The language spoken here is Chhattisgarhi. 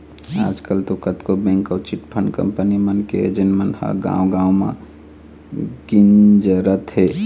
आजकल तो कतको बेंक अउ चिटफंड कंपनी मन के एजेंट मन ह गाँव गाँव म गिंजरत हें